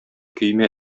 койма